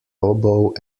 oboe